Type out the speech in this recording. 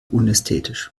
unästhetisch